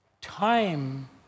time